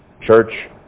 church